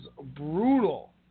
brutal